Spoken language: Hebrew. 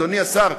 אדוני השר,